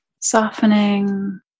softening